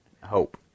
Hope